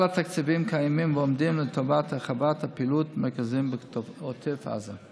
התקציבים קיימים ועומדים לטובת הרחבת פעילות המרכזים בעוטף עזה.